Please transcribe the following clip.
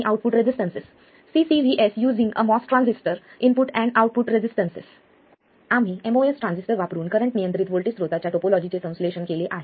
आम्ही MOS transistor वापरून current नियंत्रित व्होल्टेज स्त्रोताच्या टोपोलॉजी चे संश्लेषण केले आहे